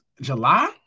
July